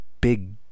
big